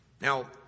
Now